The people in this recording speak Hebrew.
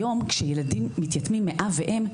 היום כשילדים מתייתמים מאב ואם,